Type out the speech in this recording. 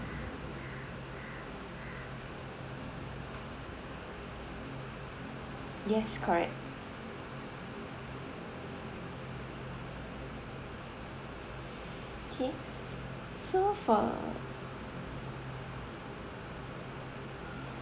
yes correct okay so for